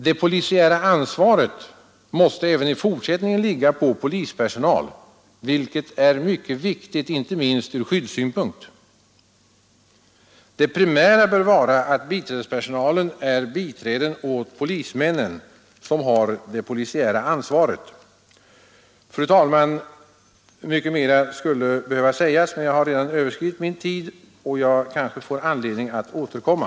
Det polisiära ansvaret måste även i fortsättningen ligga på polispersonal, vilket är mycket viktigt inte minst från skyddssynpunkt. Det primära bör vara att biträdespersonalen är biträden åt polismän, som har det polisiära ansvaret. Fru talman! Mycket mera skulle behöva sägas, men jag har redan överskridit den tid jag har antecknat mig för. Jag kanske får anledning att återkomma.